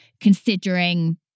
considering